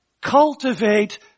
Cultivate